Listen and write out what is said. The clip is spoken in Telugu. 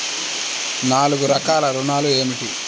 నాలుగు రకాల ఋణాలు ఏమిటీ?